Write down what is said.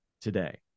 today